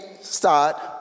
start